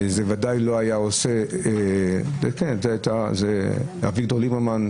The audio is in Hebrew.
יושב-ראש ישראל ביתנו, אביגדור ליברמן,